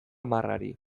marrari